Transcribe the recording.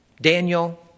Daniel